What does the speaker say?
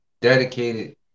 dedicated